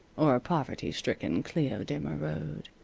or a poverty-stricken cleo de merode,